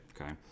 okay